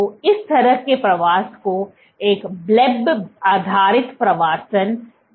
तो इस तरह के प्रवास को एक ब्लैब आधारित प्रवासन कहा जाता है